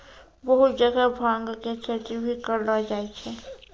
बहुत जगह भांग के खेती भी करलो जाय छै